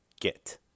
get